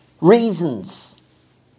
reasons